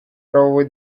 правовой